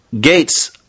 gates